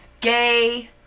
Gay